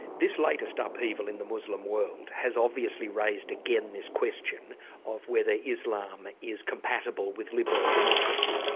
this latest upheaval in the muslim world has obviously raised again this question of whether islam is compatible with liberal democracy.